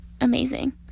amazing